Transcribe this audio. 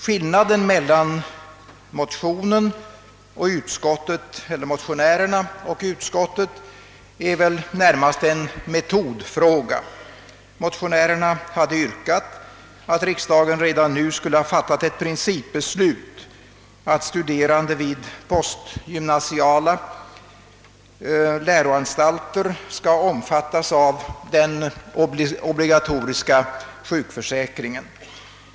Skillnaden mellan <motionärernas och utskottets ståndpunkt ligger väl närmast i metodfrågan. Motionärerna yr kade att riksdagen redan nu skulle fatta ett principbeslut om att studerande vid postgymnasiala läroanstalter skall omfattas av den obligatoriska sjukförsäkringen.